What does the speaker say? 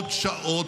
מאות שעות,